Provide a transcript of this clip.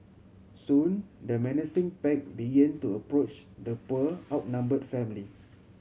soon the menacing pack begin to approach the poor outnumbered family